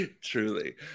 Truly